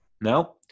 No